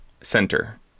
Center